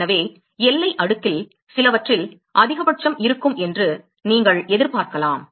எனவே எல்லை அடுக்கில் சிலவற்றில் அதிகபட்சம் இருக்கும் என்று நீங்கள் எதிர்பார்க்கலாம்